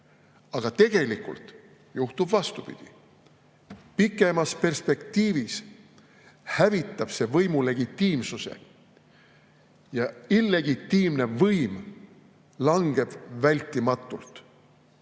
Aga tegelikult juhtub vastupidi. Pikemas perspektiivis hävitab see võimu legitiimsuse ja illegitiimne võim langeb vältimatult. Ja